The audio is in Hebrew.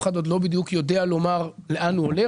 אחד עוד לא יודע לומר בדיוק לאן הוא הולך.